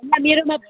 ला मेरोमा